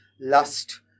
lust